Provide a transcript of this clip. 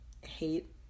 hate